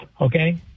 okay